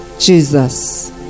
Jesus